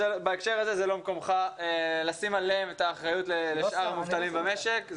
בהקשר הזה זה לא מקומך לשים עליהם את האחריות לשאר המובטלים במשק.